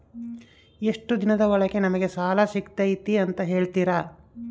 ಎಷ್ಟು ದಿನದ ಒಳಗೆ ನಮಗೆ ಸಾಲ ಸಿಗ್ತೈತೆ ಅಂತ ಹೇಳ್ತೇರಾ?